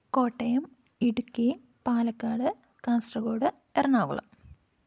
Kottayam Idukki Palakkad Kasaragod Ernakulam